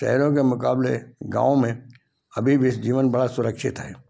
शहरों के मुकाबले गाँव में अभी भी जीवन बड़ा सुरक्षित है